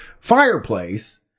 fireplace